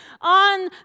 on